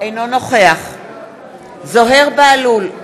אינו נוכח זוהיר בהלול,